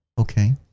Okay